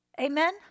Amen